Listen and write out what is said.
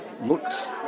looks